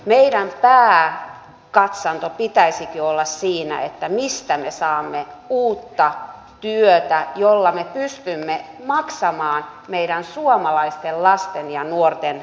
meidän pääkatsantomme pitäisikin olla siinä mistä me saamme uutta työtä jolla me pystymme maksamaan meidän suomalaisten lasten ja nuorten koulutuksen